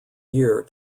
year